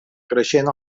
creixent